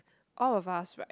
all of us right